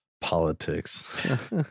Politics